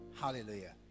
hallelujah